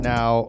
Now